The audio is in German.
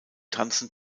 tanzen